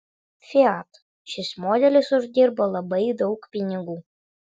fiat šis modelis uždirbo labai daug pinigų